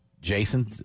Jason